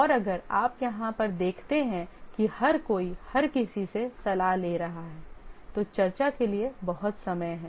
और अगर आप यहाँ पर देखते हैं कि हर कोई हर किसी से सलाह ले रहा है तो चर्चा के लिए बहुत समय है